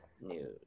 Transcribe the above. news